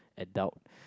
adult